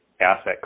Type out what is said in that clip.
asset